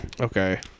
Okay